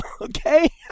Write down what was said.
okay